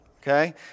Okay